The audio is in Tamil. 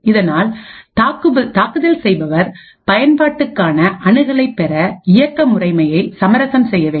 இதனால் தாக்குதல் செய்பவர் பயன்பாட்டுக்கான அணுகலைப் பெற இயக்க முறைமையை சமரசம் செய்ய வேண்டும்